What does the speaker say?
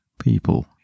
people